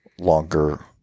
longer